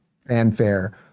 fanfare